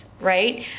right